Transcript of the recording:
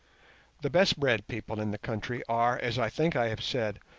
the best bred people in the country are, as i think i have said,